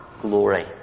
glory